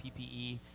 PPE